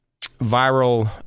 viral